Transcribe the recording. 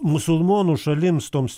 musulmonų šalims toms